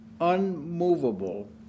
unmovable